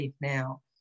now